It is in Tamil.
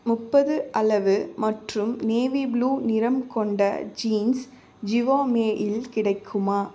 முப்பது அளவு மற்றும் நேவி ப்ளூ நிறம் கொண்ட ஜீன்ஸ் ஜிவாமே இல் கிடைக்குமா